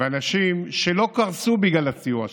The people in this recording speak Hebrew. ואנשים שלא קרסו בזכות הסיוע שלנו,